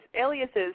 aliases